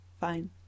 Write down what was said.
Fine